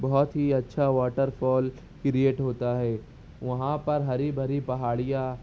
بہت ہی اچھا واٹر فال کریئیٹ ہوتا ہے وہاں پر ہری بھری پہاڑیاں